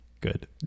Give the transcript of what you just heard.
Good